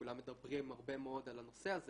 כולם מדברים הרבה מאוד על הנושא הזה